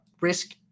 risk